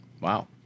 Wow